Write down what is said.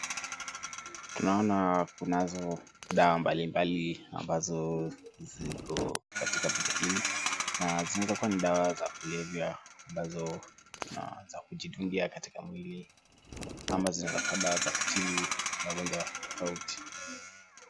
Tunaona kunazo dawa mbalimbali ambazo ziko katika picha hili. Na zinaweza kuwa ni dawa za kulevya ambazo na za kujidungia katika mwili. Ama zinaweza kuwa dawa za kutibu magonjwa tofauti.